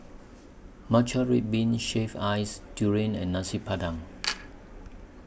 Matcha Red Bean Shaved Ice Durian and Nasi Padang